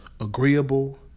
agreeable